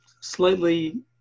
slightly